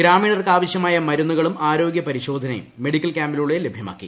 ഗ്രാമീണർക്ക് ആവശ്യമായ മരുന്നുകളും ആരോഗൃ പരിശോധനയും മെഡിക്കൽ ക്യാമ്പിലൂടെ ലഭ്യമാക്കി